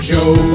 Joe